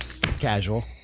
Casual